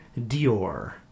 Dior